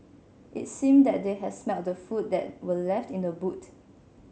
it seemed that they had smelt the food that were left in the boot